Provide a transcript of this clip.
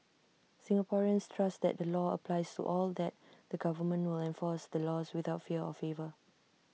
Singaporeans trust that the law applies to all that the government will enforce the laws without fear or favour